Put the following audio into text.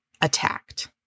attacked